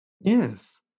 Yes